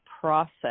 process